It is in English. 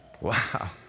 Wow